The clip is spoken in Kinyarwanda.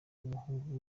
w’umuhungu